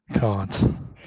God